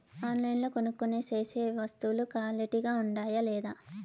ఆన్లైన్లో కొనుక్కొనే సేసే వస్తువులు క్వాలిటీ గా ఉండాయా లేదా?